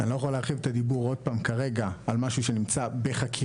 אני לא יכול להרחיב את הדיבור עוד פעם כרגע על משהו שנמצא בחקירה.